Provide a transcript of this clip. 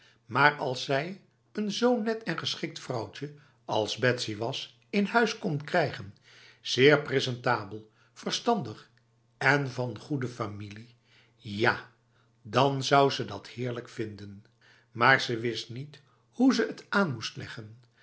maar als zij een zo net en geschikt vrouwtje als betsy was in huis kon krijgen zeer presentabel verstandig en van goede familie ja dan zou ze dat heerlijk vinden maar ze wist niet hoe ze het aan moest leggen